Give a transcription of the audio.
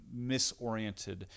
misoriented